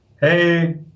Hey